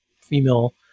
female